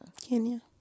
Kenya